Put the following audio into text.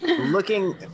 Looking